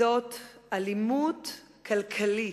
זאת אלימות כלכלית,